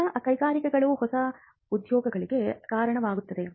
ಹೊಸ ಕೈಗಾರಿಕೆಗಳು ಹೊಸ ಉದ್ಯೋಗಗಳಿಗೆ ಕಾರಣವಾಗುತ್ತವೆ